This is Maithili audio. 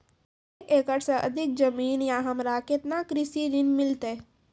एक एकरऽ से अधिक जमीन या हमरा केतना कृषि ऋण मिलते?